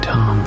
Tom